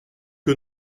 que